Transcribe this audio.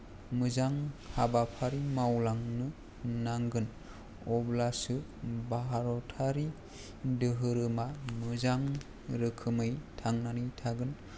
मोजां हाबाफारि मावलांनो नांगोन अब्लासो भारतारि दोहोरोमा मोजां रोखोमै थांनानै थागोन